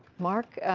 mark,